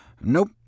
Nope